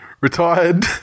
retired